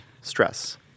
stress